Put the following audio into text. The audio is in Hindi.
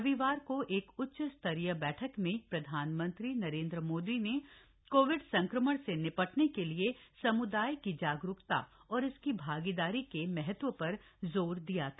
रविवार को एक उच्चस्तरीय बैठक में प्रधानमंत्री नरेन्द्र मोदी ने कोविड संक्रमण से निपटने के लिए सम्दाय की जागरुकता और इसकी भागीदारी के महत्व पर जोर दिया था